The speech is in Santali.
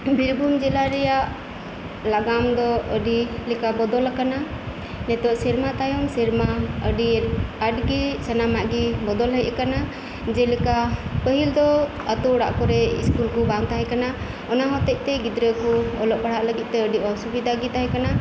ᱵᱤᱨᱵᱷᱩᱢ ᱡᱮᱞᱟ ᱨᱮᱭᱟᱜ ᱞᱟᱜᱟᱢ ᱫᱚ ᱟᱹᱰᱤᱞᱮᱠᱟ ᱵᱚᱫᱚᱞ ᱟᱠᱟᱱᱟ ᱱᱮᱛᱚᱜ ᱥᱮᱨᱢᱟ ᱛᱟᱭᱚᱢ ᱥᱮᱨᱢᱟ ᱟᱹᱰᱤ ᱟᱴᱜᱤ ᱥᱟᱱᱟᱢᱟᱜ ᱜᱤ ᱵᱚᱫᱚᱞ ᱦᱮᱡ ᱟᱠᱟᱱᱟ ᱡᱮᱞᱮᱠᱟ ᱯᱟᱹᱦᱤᱞ ᱫᱚ ᱟᱹᱛᱩ ᱚᱲᱟᱜ ᱠᱚᱨᱮ ᱤᱥᱠᱩᱞ ᱠᱩ ᱵᱟᱝ ᱛᱟᱦᱮᱸ ᱠᱟᱱᱟ ᱚᱱᱟ ᱦᱚᱛᱮᱫ ᱛᱮ ᱜᱤᱫᱽᱨᱟᱹᱠᱩ ᱚᱞᱚᱜ ᱯᱟᱲᱦᱟᱜ ᱞᱟᱹᱜᱤᱫ ᱛᱮ ᱟᱹᱰᱤ ᱚᱥᱩᱵᱤᱫᱷᱟᱜᱤ ᱛᱟᱦᱮᱸ ᱠᱟᱱᱟ